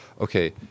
okay